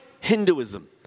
Hinduism